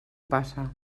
passa